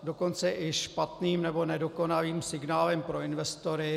Dokonce i špatným nebo nedokonalým signálem pro investory.